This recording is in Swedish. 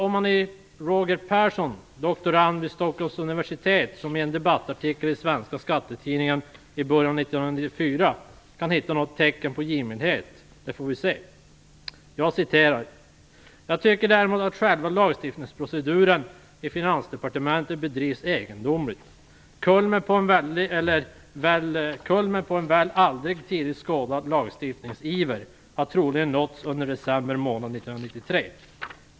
Om man i det doktoranden vid Stockholms universitet Roger Persson skriver i en debattartikel i Svensk Skattetidning i början av 1994 kan hitta något tecken på givmildhet får vi se: "Jag tycker däremot att själva lagstiftningsproceduren i Finansdepartementet bedrivits egendomligt. Kulmen på en väl aldrig tidigare skådad lagstiftningsiver har troligen nåtts under december månad 1993.